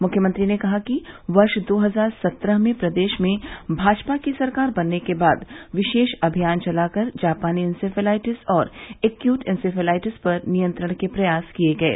मुख्यमंत्री ने कहा कि वर्ष दो हजार सत्रह में प्रदेश में भाजपा की सरकार बनने के बाद विशेष अभियान चलाकर जापानी इसेफेलाइटिस और एक्यूट इसेफेलाइटिस पर नियंत्रण के प्रयास किये गये